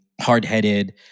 hard-headed